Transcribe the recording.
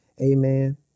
Amen